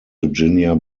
virginia